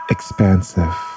Expansive